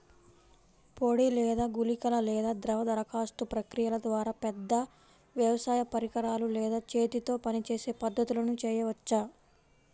పొడి లేదా గుళికల లేదా ద్రవ దరఖాస్తు ప్రక్రియల ద్వారా, పెద్ద వ్యవసాయ పరికరాలు లేదా చేతితో పనిచేసే పద్ధతులను చేయవచ్చా?